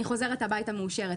אני חוזרת הביתה מאושרת,